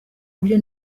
buryo